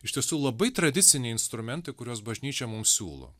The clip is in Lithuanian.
iš tiesų labai tradiciniai instrumentai kuriuos bažnyčia mums siūlo